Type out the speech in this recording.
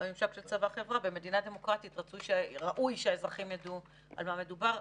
בממשק של צבא-חברה במדינה דמוקרטית ראוי שהאזרחים ידעו על מה מדובר.